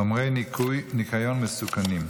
חומרי ניקיון מסוכנים.